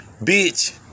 Bitch